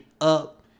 up